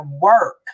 work